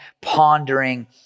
pondering